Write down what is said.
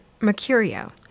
Mercurio